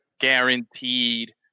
Guaranteed